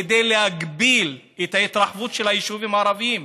כדי להגביל את ההתרחבות של היישובים הערביים.